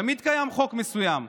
תמיד קיים חוק מסוים,